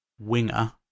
winger